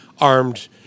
armed